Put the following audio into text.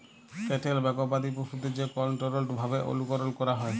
cattle বা গবাদি পশুদের যে কনটোরোলড ভাবে অনুকরল ক্যরা হয়